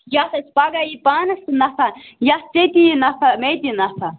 یَتھ أسۍ پَگاہ یی پانَس تہِ نفع یَتھ ژےٚ تہِ یِیِی نفع مےٚ تہِ یی نفع